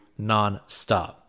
nonstop